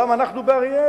למה אנחנו באריאל?